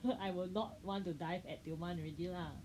I will not want to dive at Tioman already lah